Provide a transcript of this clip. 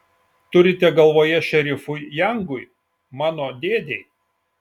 turite galvoje šerifui jangui mano dėdei